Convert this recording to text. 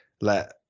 let